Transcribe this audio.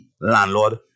landlord